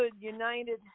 united